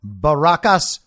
Baracas